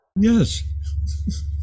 Yes